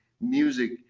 music